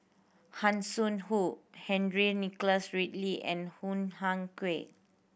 Hanson Ho Henry Nicholas Ridley and Hoo Ah Kay